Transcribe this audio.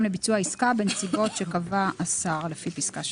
לביצוע עסקה בנסיבות שקבע השר לפי פסקה (3).